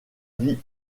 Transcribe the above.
vie